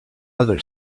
other